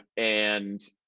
and,